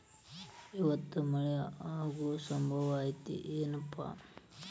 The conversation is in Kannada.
ಇವತ್ತ ಮಳೆ ಆಗು ಸಂಭವ ಐತಿ ಏನಪಾ?